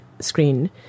screen